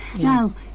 Now